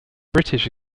british